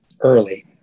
early